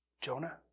Jonah